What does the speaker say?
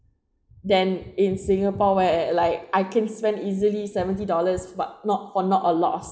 than in singapore where like I can spend easily seventy dollars but not for not a lot of s~